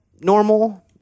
normal